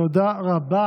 תודה רבה